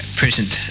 present